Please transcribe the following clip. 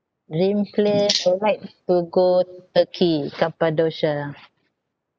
dream place I would like to go turkey cappadocia